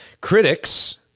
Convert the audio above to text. critics